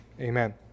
Amen